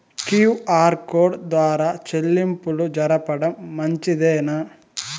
QR code ద్వారా చెల్లింపులు జరపడం మంచిదేనా?